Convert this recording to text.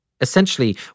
Essentially